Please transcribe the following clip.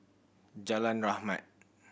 Jalan Rahmat